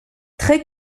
très